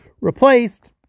replaced